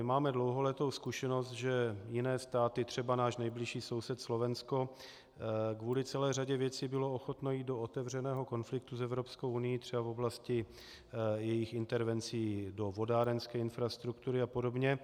Máme dlouholetou zkušenost, že jiné státy třeba náš nejbližší soused Slovensko kvůli celé řadě věcí bylo ochotno jít do otevřeného konfliktu s Evropskou unií, třeba v oblasti jejich intervencí do vodárenské infrastruktury a podobně.